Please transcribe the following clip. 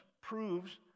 proves